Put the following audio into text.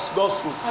gospel